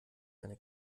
seine